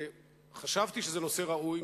חשבתי שזה נושא ראוי,